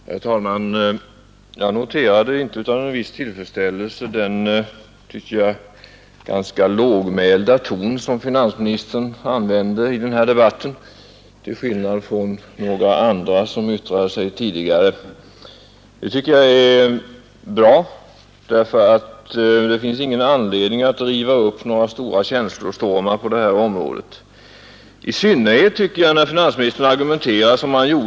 Herr talman! Jag noterar inte utan en viss tillfredsställelse den som jag tycker ganska lågmälda ton som finansministern använder i denna debatt, till skillnad från några andra talare som haft ordet tidigare. Det tycker jag är bra, ty det finns ingen anledning att riva upp några starka känslostormar i detta fall, i synnerhet inte när finansministern argumerterar som han gör.